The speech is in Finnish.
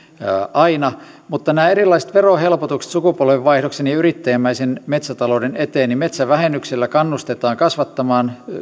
aina mutta nämä erilaiset verohelpotukset sukupolvenvaihdoksen ja yrittäjämäisen metsätalouden eteen metsävähennyksellä kannustetaan kasvattamaan